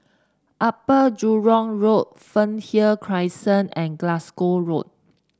Upper Jurong Road Fernhill Crescent and Glasgow Road